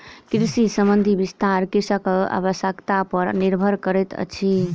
कृषि संबंधी विस्तार कृषकक आवश्यता पर निर्भर करैतअछि